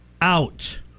out